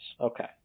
okay